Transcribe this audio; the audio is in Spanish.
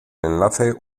enlace